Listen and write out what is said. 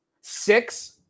six